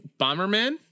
Bomberman